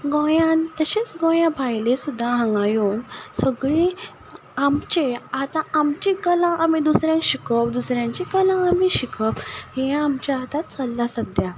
गोंयान तशेच गोंया भायले सुद्दां हांगा येवन सगळी आमचे आतां आमची कला आमी दुसऱ्यांक शिकोवप दुसऱ्यांची कला आमी शिकप हें आमच्या आतां चललां सद्द्यां